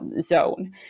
zone